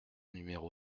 numéro